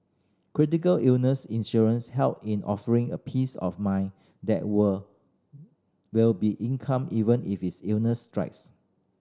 critical illness insurance help in offering a peace of mind that were will be income even if is illnesses strikes